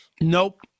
Nope